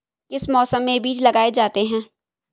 किस मौसम में बीज लगाए जाते हैं?